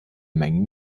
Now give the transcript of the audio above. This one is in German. mengen